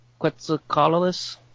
Quetzalcoatlus